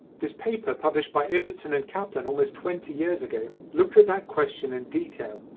this paper published by ibbotson and kaplan almost twenty years ago looked at that question in detail.